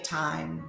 time